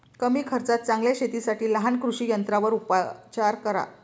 कमी खर्चात चांगल्या शेतीसाठी लहान कृषी यंत्रांवर उपचार करा